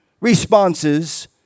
responses